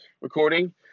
recording